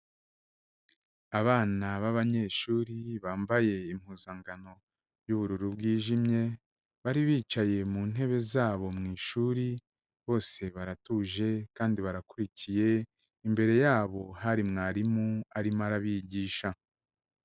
Abana b'abanyeshuri bambaye impuzankano y'ubururu bwijimye, bari bicaye mu ntebe zabo mu shuri, bose baratuje kandi barakurikiye, imbere yabo hari mwarimu arimo arabigisha.